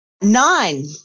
nine